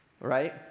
right